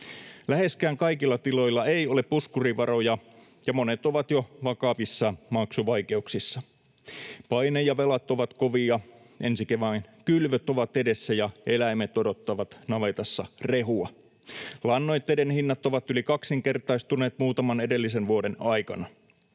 Läheskään kaikilla tiloilla ei ole puskurivaroja, ja monet ovat jo vakavissa maksuvaikeuksissa. Paine ja velat ovat kovia, ensi kevään kylvöt ovat edessä, ja eläimet odottavat navetassa rehua. Lannoitteiden hinnat ovat yli kaksinkertaistuneet muutaman edellisen vuoden aikana.